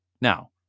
Now